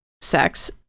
sex